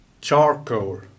charcoal